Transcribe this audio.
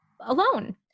alone